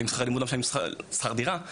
עם שכר לימוד לא משלמים שכר דירה,